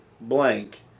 blank